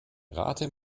rate